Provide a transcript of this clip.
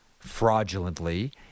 Fraudulently